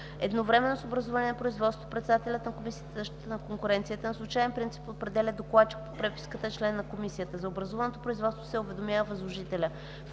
Едновременно с образуване на производството председателят на Комисията за защита на конкуренцията на случаен принцип определя докладчик по преписката, член на комисията. За образуваното производство се уведомява възложителят.”